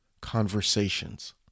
conversations